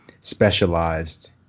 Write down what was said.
specialized